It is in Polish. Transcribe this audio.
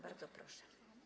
Bardzo proszę.